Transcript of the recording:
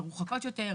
מרוחקות יותר,